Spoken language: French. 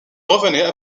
revenaient